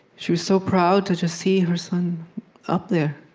she was so proud to just see her son up there